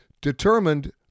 determined